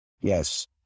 Yes